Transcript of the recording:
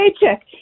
paycheck